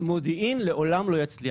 מודיעין לעולם לא יצליח.